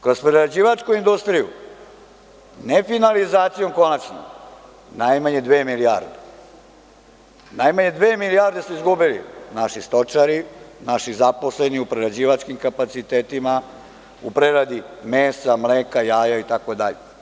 Kroz prerađivačku industriju, ne finalizacijom konačnom, najmanje dve milijarde, najmanje dve milijarde su izgubili naši stočari, naši zaposleni u prerađivačkim kapacitetima, u preradi mesa, mleka, jaja itd.